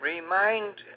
Remind